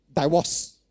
Divorce